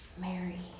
Mary